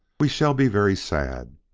we shall be very sad!